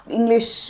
English